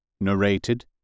Narrated